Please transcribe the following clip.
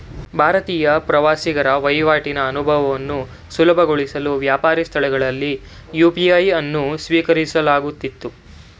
ಭಾರತೀಯ ಪ್ರವಾಸಿಗರ ವಹಿವಾಟಿನ ಅನುಭವವನ್ನು ಸುಲಭಗೊಳಿಸಲು ವ್ಯಾಪಾರಿ ಸ್ಥಳಗಳಲ್ಲಿ ಯು.ಪಿ.ಐ ಅನ್ನು ಸ್ವೀಕರಿಸಲಾಗುತ್ತಿತ್ತು